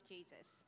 Jesus